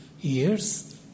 years